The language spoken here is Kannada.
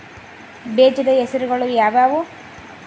ಬೇಜದ ಹೆಸರುಗಳು ಯಾವ್ಯಾವು?